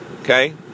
okay